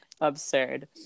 absurd